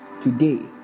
Today